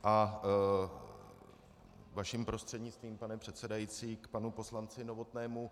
A vaším prostřednictvím, pane předsedající, k panu poslanci Novotnému.